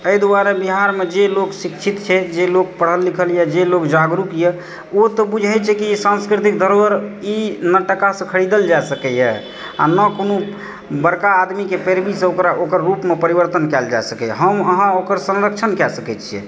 एहि दुआरे बिहारमे जे लोक शिक्षित छै जे लोक पढ़ल लिखल यऽ जे लोग जागरूक यऽ ओ तऽ बुझै छै कि सांस्कृतिक धरोहर ई ने टाकासँ खरीदल जा सकैए आओर ने कोनो बड़का आदमीकेँ पैरवीसँ ओकरा ओकर रूपमे परिवर्तन कएल जा सकैए हम अहाँ ओकर संरक्षण कए सकै छियै